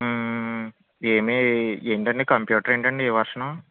ఏమి ఏమిటి అండి కంప్యూటర్ ఏమిటి అండి ఏ వర్షను